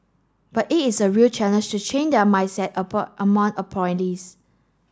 but it is a real challenge to change their mindset among